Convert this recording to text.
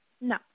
No